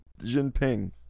Jinping